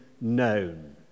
known